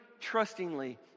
trustingly